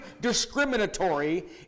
discriminatory